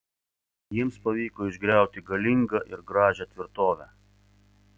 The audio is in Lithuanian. jiems pavyko išgriauti galingą ir gražią tvirtovę